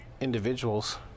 individuals